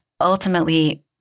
ultimately